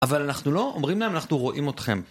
אבל אנחנו לא אומרים להם, אנחנו רואים אתכם.